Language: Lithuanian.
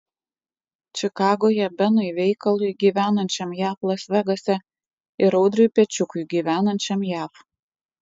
čikagoje benui veikalui gyvenančiam jav las vegase ir audriui pečiukui gyvenančiam jav